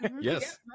Yes